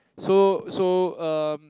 so so um